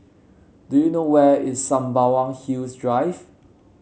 do you know where is Sembawang Hills Drive